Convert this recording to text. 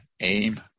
aim